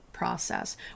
process